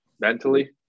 mentally